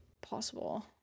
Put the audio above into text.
possible